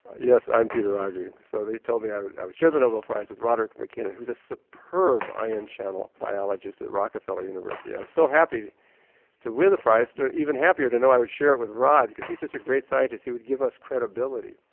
yes, i'm peter agre. so they told me i would i would share the nobel prize with roderick mackinnon who was a superb ion channel biologist at rockefeller university, i was so happy to win the prize but even happier to know i would share it with rod because he's such a great scientist, he would give us credibility.